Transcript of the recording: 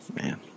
man